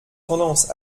tendance